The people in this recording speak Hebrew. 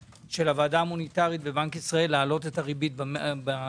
הוועדה המוניטרית בבנק ישראל היום להעלות את הריבית במשק.